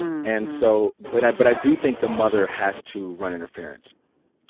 and so but i but i do think the mother has to run interference